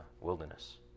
wilderness